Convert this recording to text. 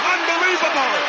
Unbelievable